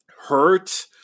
hurt